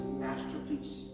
masterpiece